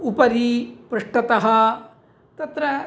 उपरि पृष्ठतः तत्र